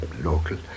local